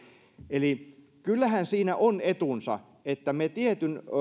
eli kyllähän siinä on etunsa että me tietyn